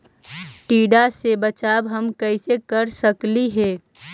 टीडा से बचाव हम कैसे कर सकली हे?